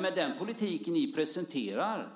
Med den politik ni presenterar